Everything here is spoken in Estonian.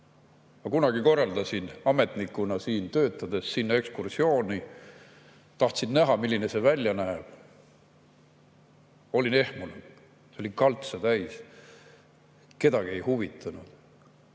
Ma kunagi korraldasin ametnikuna töötades sinna ekskursiooni. Tahtsin näha, milline see välja näeb. Olin ehmunud, see oli kaltse täis. Kedagi ei huvitanud.